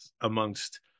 amongst